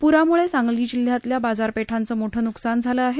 प्राम्ळे सांगली जिल्ह्यातल्या बाजारपेठांचं मोठं न्कसान झालं आहे